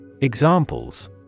Examples